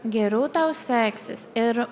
geriau tau seksis ir